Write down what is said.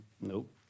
Nope